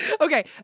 Okay